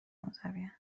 منزوین